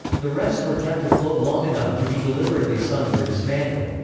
the rest were kept afloat long enough to be deliberately sunk or dismantled.